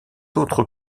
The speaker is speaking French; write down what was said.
autres